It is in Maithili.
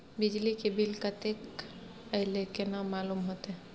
बिजली के बिल कतेक अयले केना मालूम होते?